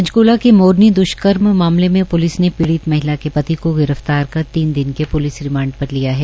पंचकुला के मोरनी दृष्कर्म मामले में पलिस ने पीडित महिला के पति को गिरफ्तार कर तीन दिन के प्लिस रिमांड पर लिया है